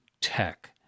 tech